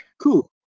cool